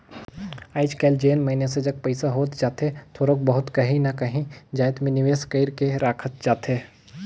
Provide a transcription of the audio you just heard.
आएज काएल जेन मइनसे जग पइसा होत जाथे थोरोक बहुत काहीं ना काहीं जाएत में निवेस कइर के राखत जाथे